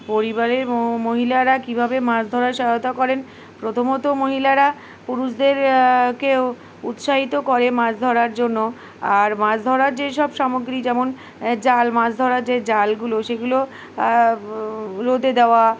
পরিবারের মহিলারা কীভাবে মাছ ধরার সহায়তা করেন প্রথমত মহিলারা পুরুষদের কেও উৎসাহিত করে মাছ ধরার জন্য আর মাছ ধরার যেসব সামগ্রী যেমন জাল মাছ ধরার যে জালগুলো সেগুলো রোদে দেওয়া